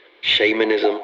shamanism